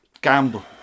Gamble